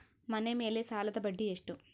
ಮನೆ ಮೇಲೆ ಸಾಲದ ಬಡ್ಡಿ ಎಷ್ಟು?